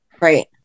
right